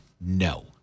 no